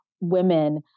women